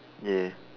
ya